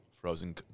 Frozen